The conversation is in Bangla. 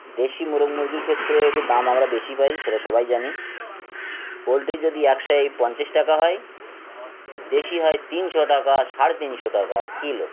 দেশি মুরগ মুরগির ক্ষেত্রে একটু দাম আমরা বেশি পাই সেটা সবাই জানি পোলট্রি যদি একশো পঞ্চাশ টাকা হয় দেশি হয় তিনশো টাকা সাড়ে তিনশো টাকা কিলো